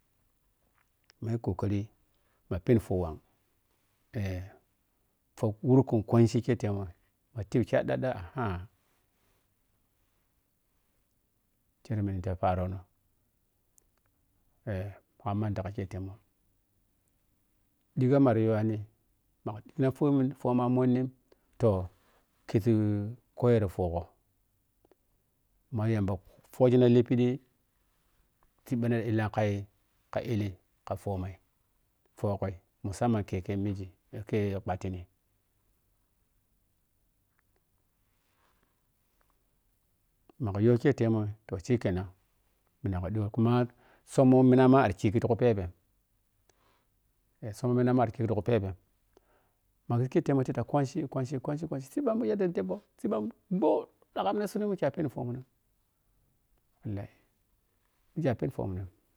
Ma yi kokari ma phen fohwang eh fah wurkunkwachi kei tema ma tep khadda da aha kere minte te pharono eh ma ka manta ka ketemun dhigha mara yuwani maka dhighina fomun fohma monni toh kizii koti phogho ma yamba foghina lebhidi siibba ta illan kai ka ele e ka phomai phoghai mussamman ma k eke miji ke pohatining ma ka yo ke temo toh sikenan ma ka ɗhiyo kuma summoh mina ari dhitiku phebe eh summon mina ari ɗhitiku phebei makizii ki te mun ki ta kwanchi wanchi kwanchi kwanchi siibbamun ke ta teppoh siibamun bho dhagham we mike a tepponmun mike a teppohmun.